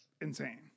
insane